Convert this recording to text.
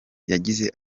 yagize